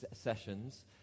sessions